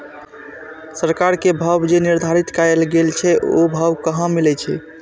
सरकार के भाव जे निर्धारित कायल गेल छै ओ भाव कहाँ मिले छै?